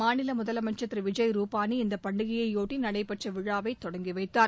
மாநில முதலமைச்சர் திரு விஜய் ரூபானி இந்த பண்டிகையைபொட்டி நடைபெற்ற விழாவை தொடங்கி வைத்தார்